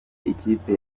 ikipe